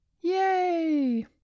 Yay